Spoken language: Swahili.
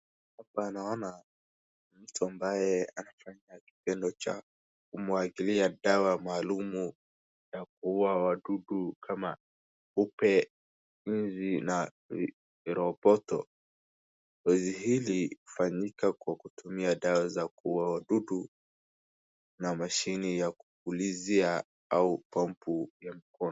Hapa naona mtu ambaye anafanya kitendo cha kumwagilia dawa maalum ya kuua wadudu kama kupe, nzi na viroboto. Zoezi hili hufanyika kwa kutumia dawa za kuua wadudu na mashine ya kupulizia au pampu ya mkono.